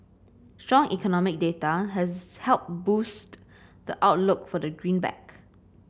strong economic data has helped boost the outlook for the green back